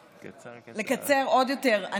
לקצר עוד יותר?